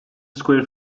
square